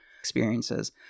Experiences